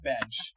bench